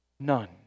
None